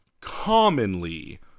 commonly